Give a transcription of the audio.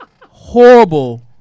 Horrible